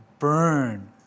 burn